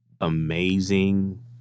amazing